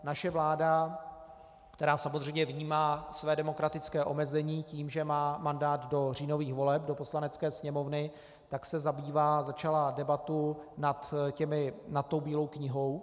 Naše vláda, která samozřejmě vnímá své demokratické omezení tím, že má mandát do říjnových voleb do Poslanecké sněmovny, začala debatu nad tou Bílou knihou.